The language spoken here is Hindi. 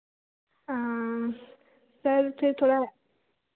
हाँ सर फिर थोड़ा